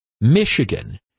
Michigan